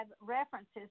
references